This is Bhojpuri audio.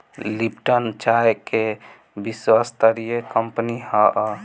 लिप्टन चाय के विश्वस्तरीय कंपनी हअ